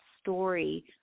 story